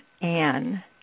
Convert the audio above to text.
Anne